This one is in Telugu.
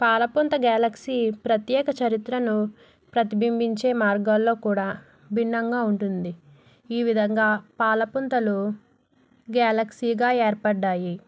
పాలపుంత గ్యాలక్సీ ప్రత్యేక చరిత్రను ప్రతిబింబించే మార్గాల్లో కూడా భిన్నంగా ఉంటుంది ఈ విధంగా పాలపుంతలు గ్యాలక్సీగా ఏర్పడ్డాయి